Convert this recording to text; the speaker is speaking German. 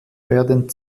werden